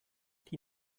die